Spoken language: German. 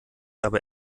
aber